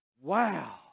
wow